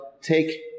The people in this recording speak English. take